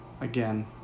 Again